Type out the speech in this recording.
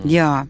ja